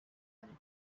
año